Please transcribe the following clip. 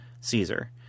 Caesar